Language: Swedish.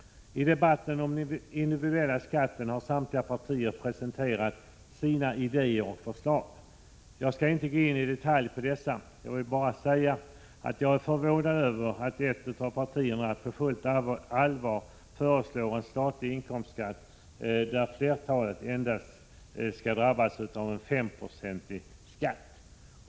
I debatten om den individuella skatten har samtliga partier presenterat sina idéer och förslag. Jag skall inte gå in i detalj på dessa. Jag vill dock säga att jag är förvånad över att ett parti på fullt allvar föreslår en statlig inkomstskatt för flertalet på endast 5 96.